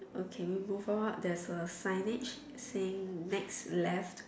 okay we move out there's a signage saying next left